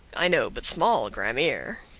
i know but small grammere.